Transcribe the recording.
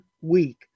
week